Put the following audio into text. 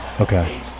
Okay